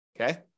okay